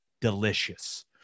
delicious